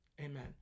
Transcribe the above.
Amen